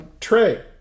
Trey